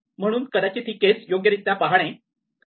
म्हणून कदाचित ही केस योग्यरित्या पाहणे आवश्यक आहे